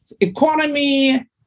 economy